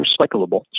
recyclable